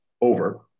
over